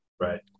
right